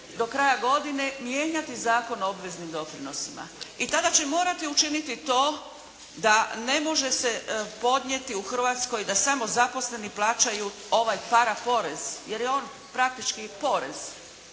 do kraja godine mijenjati Zakon o obveznim doprinosima. I tada će morati učiniti to da ne može se podnijeti u Hrvatskoj da samo zaposleni plaćaju ovaj para porez jer je on praktički i porez,